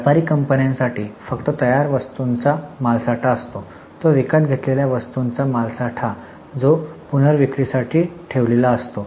व्यापारी कंपन्यांसाठी फक्त तयार वस्तूंचा माल साठा असतो तो विकत घेतलेल्या वस्तूंचा मालसाठा जो पुनर्विक्रीसाठी ठेवलेला असतो